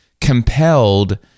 compelled